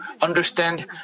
understand